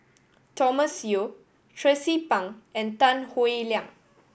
Thomas Yeo Tracie Pang and Tan Howe Liang